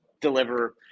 deliver